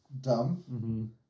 Dumb